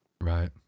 right